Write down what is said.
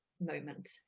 moment